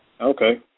Okay